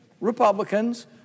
Republicans